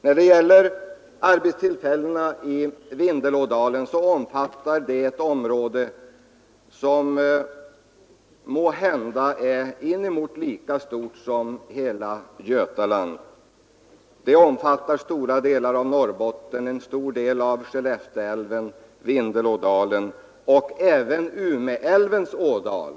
Vindelälvsområdet, som regeringen definierat det, omfattar ett område som måhända är lika stort som hela Götaland. Det omfattar stora delar av Norrbotten, en stor del av Skellefteälven, Vindelådalen och Umeälvens ådal.